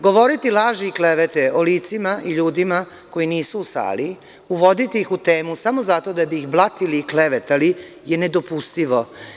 Govoriti laži i klevete o licima i ljudima koji nisu u sali, uvoditi ih u temu samo zato da bi ih blatili i klevetali je nedopustivo.